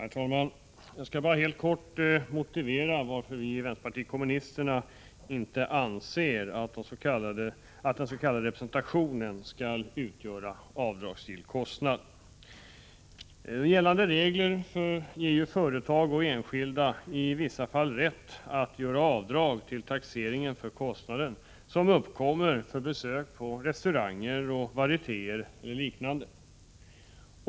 Herr talman! Jag skall bara helt kort motivera varför vi i vpk anser att s.k. representation inte skall utgöra avdragsgill kostnad. Gällande regler ger företag och enskilda i vissa fall rätt att vid taxeringen göra avdrag för kostnader som uppkommer för besök på restauranger, varietéer och liknande.